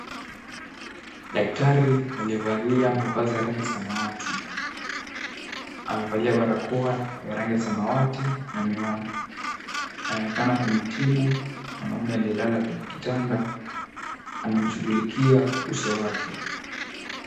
Daktari aliyevalia mavazi ya rangi ya samawati amevalia barakoa ya rangi ya samawati na miwani. Anaonekana kumtibu mwanaume aliyelala kwenye kitanda. Anamshughulikia uso wake.